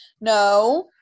No